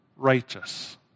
righteous